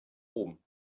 oben